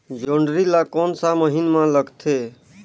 जोंदरी ला कोन सा महीन मां लगथे?